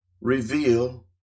reveal